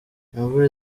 imvura